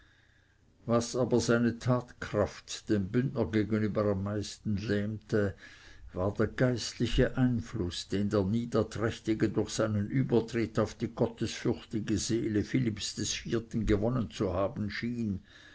was aber seine tatkraft dem bündner gegenüber am meisten lähmte war der geistliche einfluß den der niederträchtige durch seinen übertritt auf die gottesfürchtige seele philipps iv gewonnen zu haben schien